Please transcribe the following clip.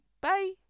Bye